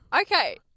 Okay